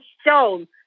stone